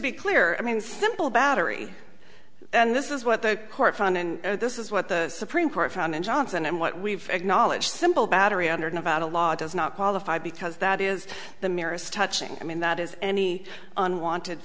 be clear i mean simple battery and this is what the court found and this is what the supreme court found in johnson and what we've acknowledged simple battery hundred nevada law does not qualify because that is the merest touching i mean that is any unwanted